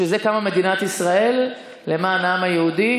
בשביל זה קמה מדינת ישראל, למען העם היהודי.